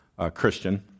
Christian